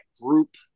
group